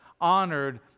honored